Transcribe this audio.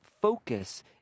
focus